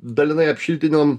dalinai apšiltinom